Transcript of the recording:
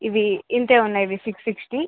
ఇవి ఇంతే ఉన్నాయి ఇవి సిక్స్ సిక్స్టీ